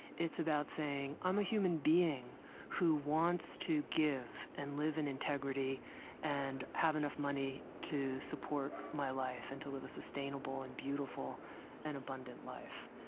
it's about saying i'm a human being who wants to give and live in integrity and have enough money to support my life and to live a sustainable and beautiful and abundant life.